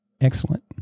excellent